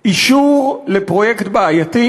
אישור לפרויקט בעייתי,